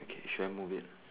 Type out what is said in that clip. okay should I move it